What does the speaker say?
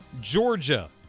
Georgia